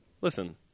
Listen—